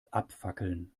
abfackeln